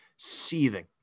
seething